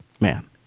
Man